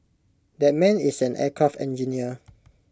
that man is an aircraft engineer